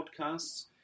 podcasts